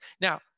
Now